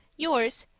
yours,